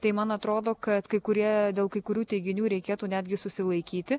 tai man atrodo kad kai kurie dėl kai kurių teiginių reikėtų netgi susilaikyti